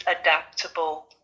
adaptable